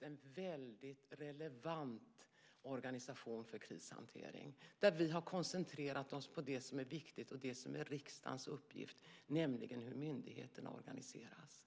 en väldigt relevant organisation för krishantering, där vi har koncentrerat oss på det som är viktigt och det som är riksdagens uppgift, nämligen hur myndigheten organiseras.